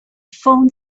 phone